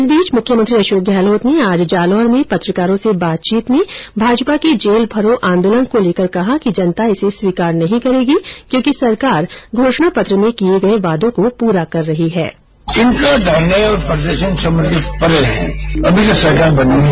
इस बीच मुख्यमंत्री अशोक गहलोत ने आज जालोर में पत्रकारों से बातचीत में भाजपा के जेल भरो आंदोलन को लेकर कहा कि जनता इसे स्वीकार नहीं करेगी क्योंकि सरकार घोषणा पत्र में किये गये वादों को पूरा कर रही है